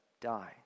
die